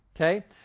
okay